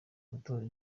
gutora